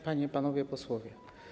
Panie i Panowie Posłowie!